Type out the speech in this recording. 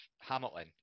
Hamilton